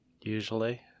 Usually